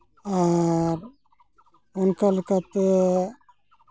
ᱟᱨ ᱚᱱᱠᱟ ᱞᱮᱠᱟᱛᱮ